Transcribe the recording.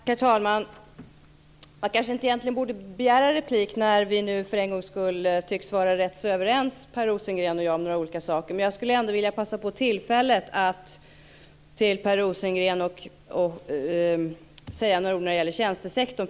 Herr talman! Egentligen borde jag kanske inte begära replik. För en gångs skull tycks ju Per Rosengren och jag vara rätt så överens om några saker. Jag skulle ändå vilja passa på att säga några ord till Per Rosengren om tjänstesektorn.